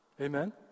Amen